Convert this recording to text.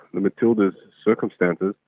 the matildas' circumstances,